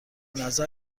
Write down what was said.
نظر